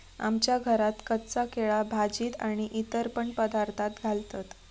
आमच्या घरात कच्चा केळा भाजीत आणि इतर पण पदार्थांत घालतत